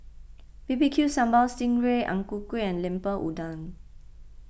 B B Q Sambal Sting Ray Ang Ku Kueh and Lemper Udang